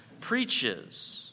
preaches